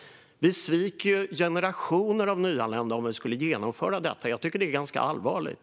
Vi sviker generationer av nyanlända om vi skulle genomföra detta. Jag tycker att det är ganska allvarligt.